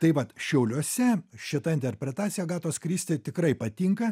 tai vat šiauliuose šita interpretacija agatos kristi tikrai patinka